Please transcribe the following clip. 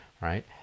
right